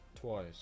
Twice